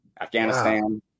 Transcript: Afghanistan